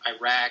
Iraq